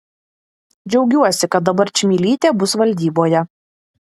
džiaugiuosi kad dabar čmilytė bus valdyboje